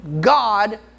God